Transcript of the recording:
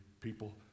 people